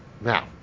Now